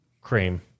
cream